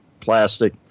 Plastic